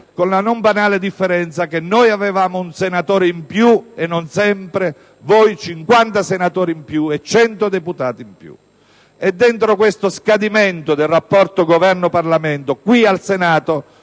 con la non banale differenza che noi avevamo un senatore in più, e non sempre; voi 50 senatori e 100 deputati in più. Dentro questo scadimento del rapporto Governo-Parlamento, qui al Senato,